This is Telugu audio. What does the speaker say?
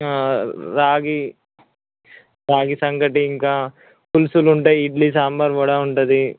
రాగి రాగి సంకటి ఇంకా పులుసులు ఉంటాయి ఇడ్లీ సాంబార్ వడ ఉంటుంది